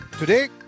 Today